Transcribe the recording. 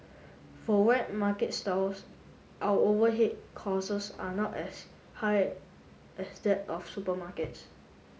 for wet market stalls our overhead costs are not as high as that of supermarkets